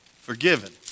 Forgiven